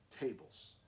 tables